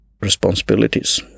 Responsibilities